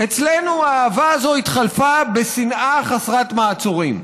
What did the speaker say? אצלנו האהבה הזאת התחלפה בשנאה חסרת מעצורים.